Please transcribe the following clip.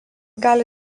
gali